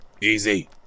easy